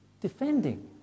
Defending